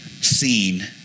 seen